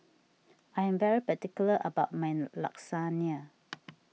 I am very particular about my Lasagna